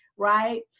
right